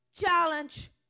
challenge